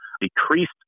decreased